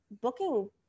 booking